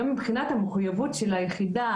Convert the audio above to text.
גם מבחינת המחויבות של היחידה,